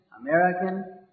American